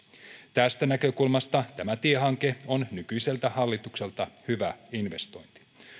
tästä näkökulmasta tämä tiehanke on nykyiseltä hallitukselta hyvä investointi